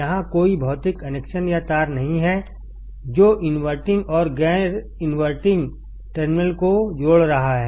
यहां कोई भौतिक कनेक्शन या तार नहीं है जो इनवर्टिंग और गैर इनवर्टिंग टर्मिनल को जोड़ रहा है